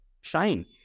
shine